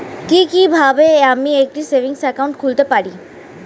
কি কিভাবে আমি একটি সেভিংস একাউন্ট খুলতে পারি?